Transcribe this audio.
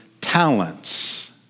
talents